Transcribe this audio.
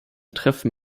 treffen